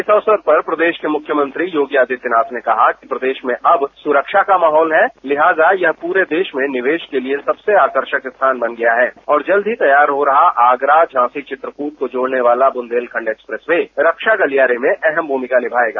इस अवसर पर प्रदेश के मुख्यमंत्री योगी आदित्यनाथ ने कहा कि प्रदेश में अब सुरक्षा का माहौल है लिहाजा यह प्ररे देश में निवेश के लिए सबसे आकर्षक स्थान बन गया है और जल्द ही तैयार हो रहा आगरा झांसी चित्रकूट को जोड़ने वाला बुंदेलखंड एक्सप्रेस वे रक्षा गलियारे में अहम भूमिका निभाएगा